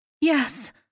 Yes